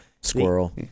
squirrel